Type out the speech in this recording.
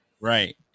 right